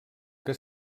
que